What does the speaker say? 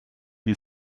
die